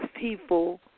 people